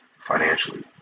financially